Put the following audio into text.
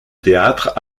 théâtre